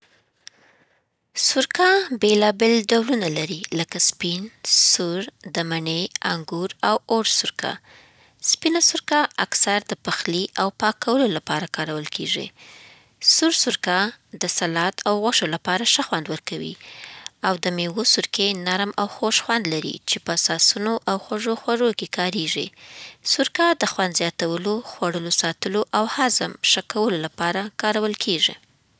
سرکه بېلابېل ډولونه لري لکه سپین، سور، د مڼې، انګور او اورس سرکه. سپین سرکه اکثر د پخلي او پاکولو لپاره کارول کېږي، سور سرکه د سالاد او غوښو لپاره ښه خوند ورکوي، او د مېوو سرکې نرم او خوږ خوند لري چې په ساسونو او خوږو خوړو کې کاریږي. سرکه د خوند زیاتولو، خوړو ساتلو او هضم ښه کولو لپاره کارول کېږي.